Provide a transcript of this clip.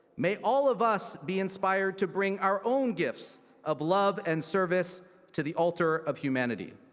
may all of us be inspired to bring our own gifts of love and service to the altar of humanity.